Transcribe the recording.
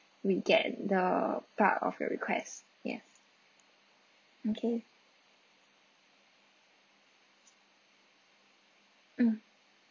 we get the part of your requests ya okay mm